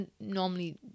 normally